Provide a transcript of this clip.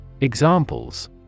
Examples